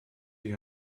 die